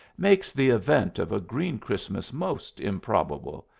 makes the event of a green christmas most improbable.